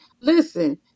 Listen